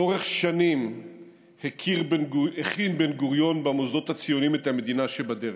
לאורך שנים הכין בן-גוריון במוסדות הציוניים את המדינה שבדרך.